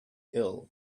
ill